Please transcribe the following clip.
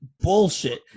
bullshit